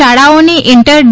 શાળાઓની ઈન્ટર ડી